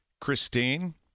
Christine